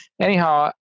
anyhow